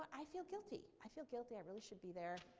i feel guilty. i feel guilty, i really should be there,